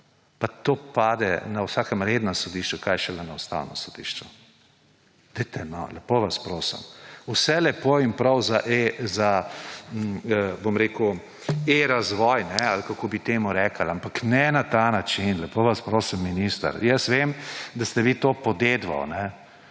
pa to pade na vsakem rednem sodišču, kaj šele na Ustavnem sodišču. Dajte no, lepo vas prosim! Vse lepo in prav za e-razvoj ali kako bi temu rekli, ampak ne na ta način, lepo vas prosim! Minister, jaz vem, da ste vi to podedovali,